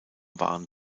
waren